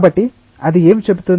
కాబట్టి అది ఏమి చెబుతుంది